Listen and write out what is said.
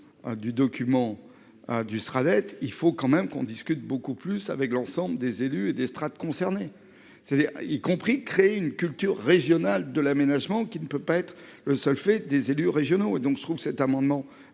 Du document. Du sera il faut quand même qu'on discute beaucoup plus avec l'ensemble des élus et des strates concernés, c'est-à-dire y compris créer une culture régionale de l'aménagement qui ne peut pas être le seul fait des élus régionaux. Donc je trouve cet amendement